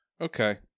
Okay